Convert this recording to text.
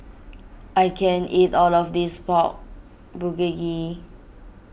I can't eat all of this Pork Bulgogi